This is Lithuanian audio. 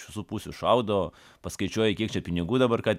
iš visų pusių šaudo paskaičiuoji kiek čia pinigų dabar ką tik